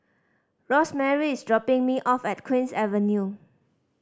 Rosemary is dropping me off at Queen's Avenue